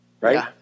right